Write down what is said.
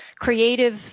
creative